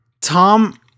Tom